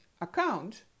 account